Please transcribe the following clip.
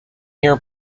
year